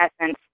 essence